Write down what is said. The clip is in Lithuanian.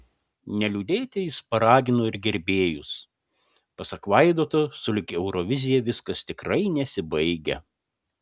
neliūdėti jis paragino ir gerbėjus pasak vaidoto sulig eurovizija viskas tikrai nesibaigia